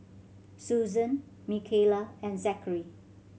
Susan Micayla and Zackary